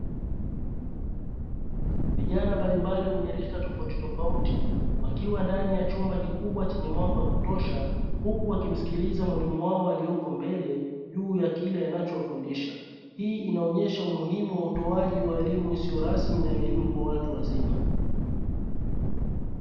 Vijana mbalimbali wenye rika tofauti tofauti wakiwa ndani ya chumba kikubwa chenye mwanga wa kutosha huku wakimsikiliza mwalimu wao aliyoko mbele juu ya kile anacho wafundisha, hii inaonyesha umuhimu wa utoaji wa elimu isiyo rasmi na elimu kwa watu wazima.